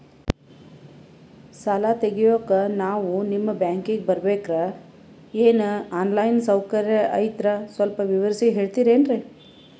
ಸಾಲ ತೆಗಿಯೋಕಾ ನಾವು ನಿಮ್ಮ ಬ್ಯಾಂಕಿಗೆ ಬರಬೇಕ್ರ ಏನು ಆನ್ ಲೈನ್ ಸೌಕರ್ಯ ಐತ್ರ ಸ್ವಲ್ಪ ವಿವರಿಸಿ ಹೇಳ್ತಿರೆನ್ರಿ?